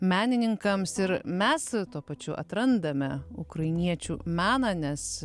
menininkams ir mes tuo pačiu atrandame ukrainiečių meną nes